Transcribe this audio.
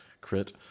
crit